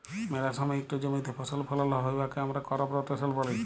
ম্যালা সময় ইকট জমিতে ফসল ফলাল হ্যয় উয়াকে আমরা করপ রটেশল ব্যলি